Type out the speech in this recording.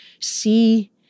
see